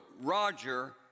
Roger